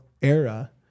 era